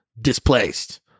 displaced